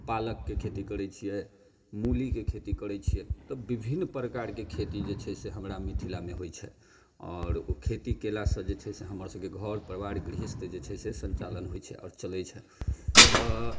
पालकके खेती करैत छियै मूलीके खेती करैत छियै तऽ विभिन्न प्रकारके खेती जे छै से हमरा मिथिलामे होयत छै आओर ओ खेती कयलासँ जे छै से हमर सबके घर परिवार गृहस्थ जे छै से सञ्चालन होयत छै आओर चलैत छै तऽ